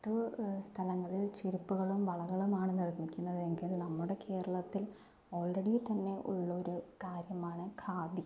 മറ്റു സ്ഥലങ്ങളിൽ ചെരുപ്പുകളും വളകളുമാണ് നിർമ്മിക്കുന്നതെങ്കിൽ നമ്മുടെ കേരളത്തിൽ ഓൾറെഡി തന്നെ ഉള്ളൊരു കാര്യമാണ് ഖാദി